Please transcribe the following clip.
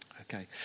Okay